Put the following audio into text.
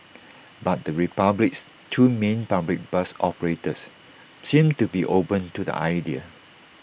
but the republic's two main public bus operators seem to be open to the idea